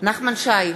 נחמן שי,